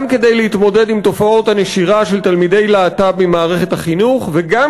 גם כדי להתמודד עם תופעות הנשירה של תלמידי להט"ב ממערכת החינוך וגם